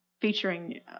featuring